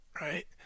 right